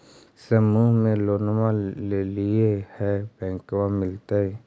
समुह मे लोनवा लेलिऐ है बैंकवा मिलतै?